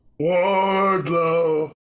Wardlow